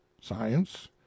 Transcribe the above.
science